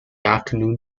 afternoon